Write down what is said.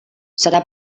serà